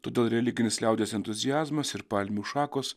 todėl religinis liaudies entuziazmas ir palmių šakos